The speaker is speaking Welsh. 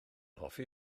hoffi